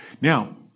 Now